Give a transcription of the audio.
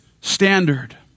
standard